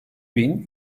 bin